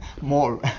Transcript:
more